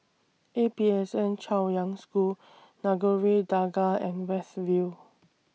A P S N Chaoyang School Nagore Dargah and West View